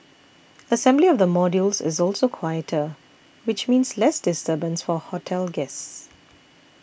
assembly of the modules is also quieter which means less disturbance for hotel guests